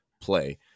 play